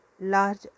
large